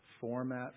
format